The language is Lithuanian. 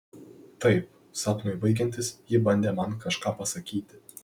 taip sapnui baigiantis ji bandė man kažką pasakyti